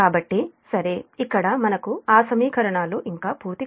కాబట్టి సరే ఇక్కడ మనకు ఆ సమీకరణలు ఇంకా పూర్తి కాలేదు